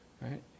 Right